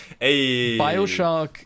Bioshock